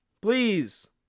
please